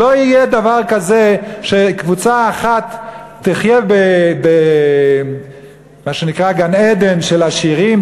לא יהיה דבר כזה שקבוצה אחת תחיה במה שנקרא גן-עדן של עשירים,